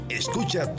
escucha